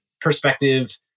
perspective